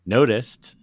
Noticed